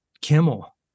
Kimmel